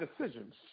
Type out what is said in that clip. decisions